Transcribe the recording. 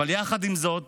אבל יחד עם זאת,